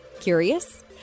Curious